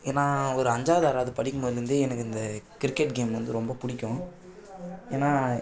ஏன்னா ஒரு அஞ்சாவது ஆறாவது படிக்கும் போதுலருந்தே எனக்கு இந்த கிரிக்கெட் கேம் வந்து ரொம்ப பிடிக்கும் ஏன்னா